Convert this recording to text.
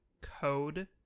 code